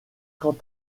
quant